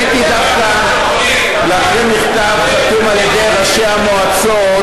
רציתי דווקא להקריא מכתב חתום על-ידי ראשי המועצות,